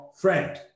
friend